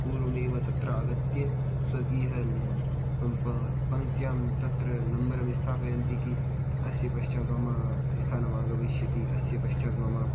पूर्वमेव तत्र आगत्य स्वकीयः पङ्क्त्यां तत्र नम्बरं स्थापयन्ति कि अस्य पश्चात् मम स्थानं आगमिष्यति अस्य पश्चात् मम